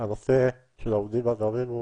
הנושא של עובדים הזרים,